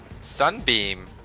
Sunbeam